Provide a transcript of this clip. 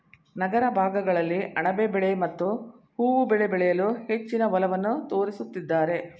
ನಗರ ಭಾಗಗಳಲ್ಲಿ ಅಣಬೆ ಬೆಳೆ ಮತ್ತು ಹೂವು ಬೆಳೆ ಬೆಳೆಯಲು ಹೆಚ್ಚಿನ ಒಲವನ್ನು ತೋರಿಸುತ್ತಿದ್ದಾರೆ